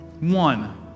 One